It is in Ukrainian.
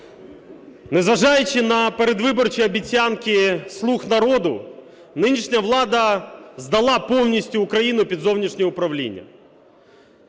Незважаючи на передвиборчі обіцянки "слуг народу", нинішня влада здала повністю Україну під зовнішнє управління.